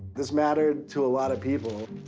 this mattered to a lot of people.